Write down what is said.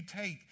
take